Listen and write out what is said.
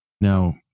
Now